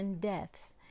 deaths